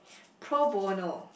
pro bono